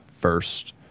first